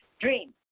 Dream